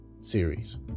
series